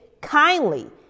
kindly